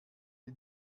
die